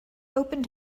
opened